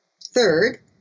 Third